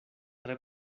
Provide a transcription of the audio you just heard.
tre